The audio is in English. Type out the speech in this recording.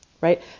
right